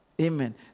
Amen